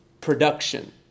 production